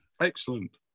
Excellent